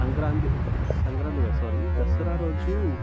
సంక్రాంతి సంక్రాంతి కాదు సారీ దసరా రోజు